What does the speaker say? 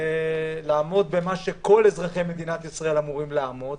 לעמוד במה שכל אזרחי מדינת ישראל אמורים לעמוד,